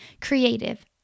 creative